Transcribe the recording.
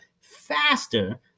faster